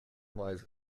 lies